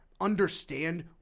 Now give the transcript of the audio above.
understand